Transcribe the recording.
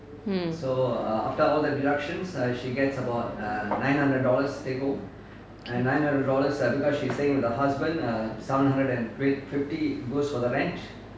mm